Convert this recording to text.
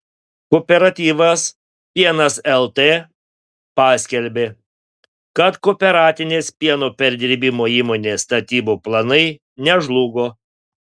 kooperatyvas pienas lt paskelbė kad kooperatinės pieno perdirbimo įmonės statybų planai nežlugo